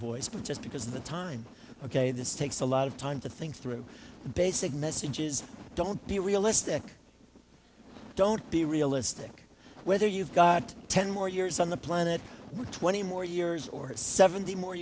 but just because of the time ok this takes a lot of time to think through basic messages don't be realistic don't be realistic whether you've got ten more years on the planet with twenty more years or seventy more